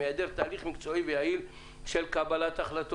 מהיעדר תהליך מקצועי ויעיל של קבלת החלטת